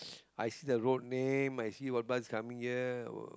I see the road name I see what bus is coming here or